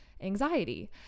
anxiety